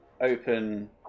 open